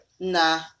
Nah